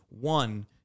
One